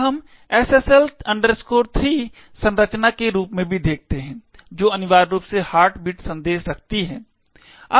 अब हम SSL 3 संरचना के रूप में भी देखते हैं जो अनिवार्य रूप से हार्टबीट संदेश रखती है